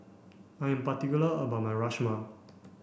I'm particular about my Rajma